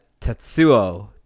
Tetsuo